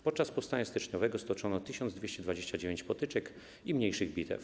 Podczas powstania styczniowego stoczono 1229 potyczek i mniejszych bitew.